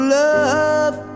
love